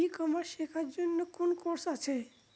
ই commerce শেক্ষার জন্য কোন কোর্স আছে?